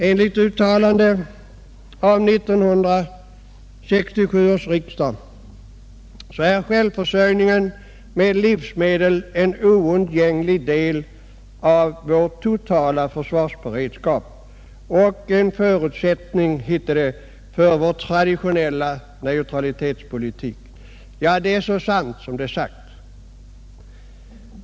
Enligt uttalande av 1967 ärs riksdag är självförsörjningen i fräga om livsmedel en oundgänglig del av vår totala försvarsberedskap och, hette det, en förutsättning för vär traditionella neutralitetspolitik. Det är sä sant som det är sagt.